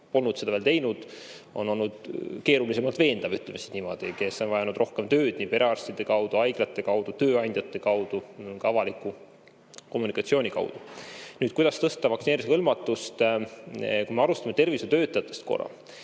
polnud seda veel teinud, on olnud keerulisemalt veendav, ütleme niimoodi. Nemad on vajanud rohkem tööd perearstide kaudu, haiglate kaudu, tööandjate kaudu, ka avaliku kommunikatsiooni kaudu. Kuidas tõsta vaktsineerimisega hõlmatust? Kui me alustame tervishoiutöötajatest,